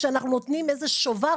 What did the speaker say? כשאנחנו נותנים איזה שובר,